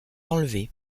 enlevés